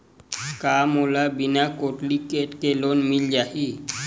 का मोला बिना कौंटलीकेट के लोन मिल जाही?